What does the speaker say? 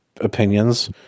opinions